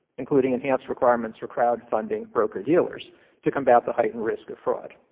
including enhanced requirements for crowdfunding brokerdealers to combat the heightened risk of fraud.